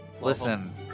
Listen